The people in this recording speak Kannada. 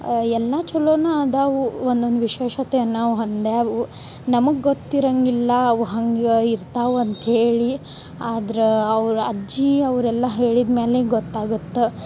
ಎಲ್ಲಾ ಚಲೋನ ಅದಾವು ಒನ್ನೊಂದು ವಿಶೇಷತೆ ಅನ್ನವ ಹೊಂದ್ಯಾವು ನಮಗ ಗೊತ್ತಿರಂಗಿಲ್ಲ ಅವ ಹಂಗೆ ಇರ್ತಾವ ಅಂತ್ಹೇಳಿ ಆದ್ರ ಅವ್ರ ಅಜ್ಜಿ ಅವರೆಲ್ಲ ಹೇಳಿದ್ಮೇಲೆ ಗೊತ್ತಾಗತ್ತೆ